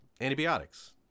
Antibiotics